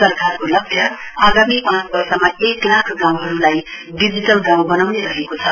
सरकारको लक्ष्य आगामी पाँच वर्षमा एक लाख गाउँहरूलाई डिजिटल गाउँ बनाउने रहेको छ